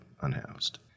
unhoused